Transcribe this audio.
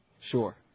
Sure